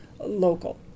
Local